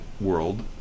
world